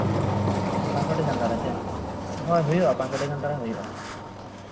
ᱯᱟᱸᱥᱥᱚ ᱴᱤ ᱜᱟᱱ ᱫᱟᱨᱮ ᱥᱮ ᱦᱳᱭ ᱦᱩᱭᱩᱜᱼᱟ ᱯᱟᱸᱥᱥᱳ ᱴᱤ ᱜᱟᱱ ᱫᱟᱨᱮ ᱦᱩᱭᱩᱜᱼᱟ